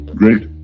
great